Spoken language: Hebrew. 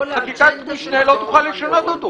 חקיקת משנה לא תוכל לשנות את זה.